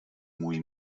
můj